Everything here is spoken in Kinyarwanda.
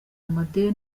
amadeni